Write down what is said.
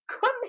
Come